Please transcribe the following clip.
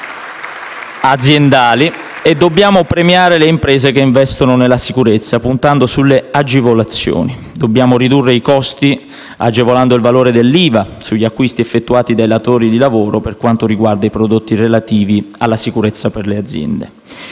aziendali e premiare le imprese che investono nella sicurezza, puntando sulle agevolazioni. Dobbiamo ridurre i costi, agevolando il valore dell'IVA sugli acquisti effettuati dai datori di lavoro per quanto riguarda i prodotti relativi alla sicurezza per le aziende.